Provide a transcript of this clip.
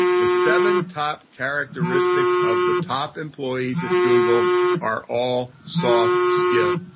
the seven top characteristics of the top employees at google are all soft skills.